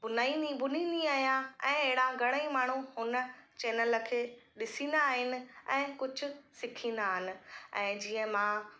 भुनाईनी भुनीदी आहियां ऐं अहिड़ा घणेई माण्हू हुन चेनल खे ॾिसींदा आहिनि ऐं कुझु सिखींदा आहिनि ऐं जीअं मां